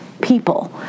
people